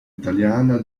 italiana